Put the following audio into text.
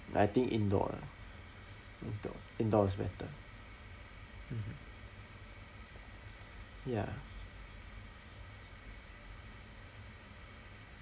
I think indoor lah indoor indoor is better mmhmm ya